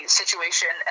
situation